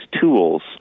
tools